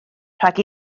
rhag